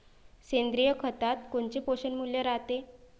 सेंद्रिय खतात कोनचे पोषनमूल्य रायते?